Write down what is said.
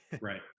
Right